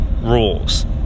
rules